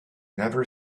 never